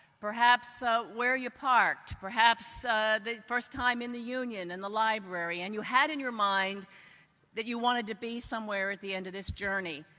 perhaps so where you parked, perhaps the first time in the union and the library and you had in your mind that you wanted to be somewhere at the end of this journey.